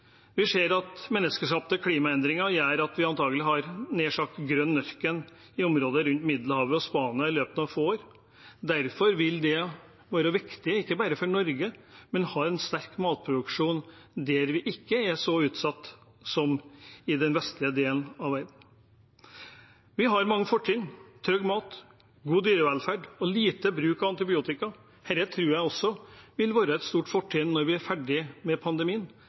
Vi ser at menneskeskapte klimaendringer gjør at vi antakelig har nær sagt grønn ørken i området rundt Middelhavet og Spania i løpet av få år. Derfor vil det være viktig – ikke bare for Norge – å ha en sterk matproduksjon der vi ikke er så utsatt som i den vestlige delen av verden. Vi har mange fortrinn: trygg mat, god dyrevelferd og lite bruk av antibiotika. Dette tror jeg også vil være et stort fortrinn når vi er ferdige med pandemien.